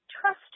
trust